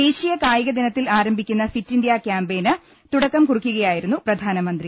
ദേശീയ കായിക ദിനത്തിൽ ആരംഭിക്കുന്ന ഫിറ്റ് ഇന്ത്യ ക്യാമ്പയിന് തുടക്കം കുറി ക്കുകയായിരുന്നു പ്രധാനമന്ത്രി